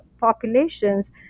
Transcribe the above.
populations